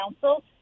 council